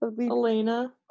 Elena